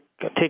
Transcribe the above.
take